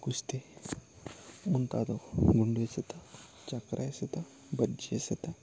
ಕುಸ್ತಿ ಮುಂತಾದವು ಗುಂಡು ಎಸೆತ ಚಕ್ರ ಎಸೆತ ಭರ್ಜಿ ಎಸೆತ